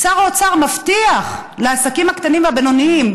את שר האוצר מבטיח לעסקים הקטנים והבינוניים,